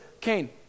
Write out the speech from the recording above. cain